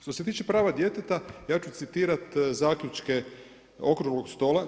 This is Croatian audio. Što se tiče prava djeteta, ja ću citirati zaključke okruglog stola.